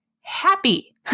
happy